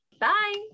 Bye